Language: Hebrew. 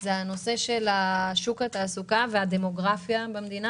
הוא הנושא של שוק התעסוקה והדמוגרפיה במדינה